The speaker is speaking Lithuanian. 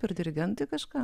ir dirigentai kažką